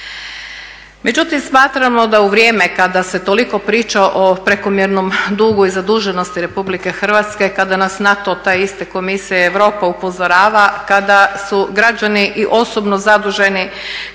Međutim, smatramo da u vrijeme kada se toliko priča o prekomjernom dugu i zaduženosti RH, kada nas na to ta iste komisije Europa upozorava, kada su građani i osobno zaduženi,